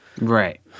Right